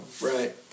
Right